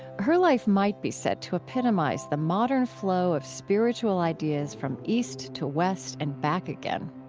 her life might be said to epitomize the modern flow of spiritual ideas from east to west and back again.